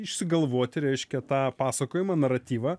išsigalvoti reiškia tą pasakojimą naratyvą